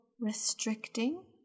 restricting